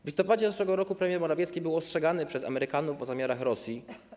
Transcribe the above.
W listopadzie zeszłego roku premier Morawiecki był ostrzegany przez Amerykanów o zamiarach Rosji.